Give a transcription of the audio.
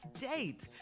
date